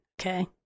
okay